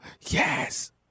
Yes